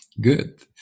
good